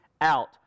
out